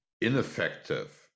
ineffective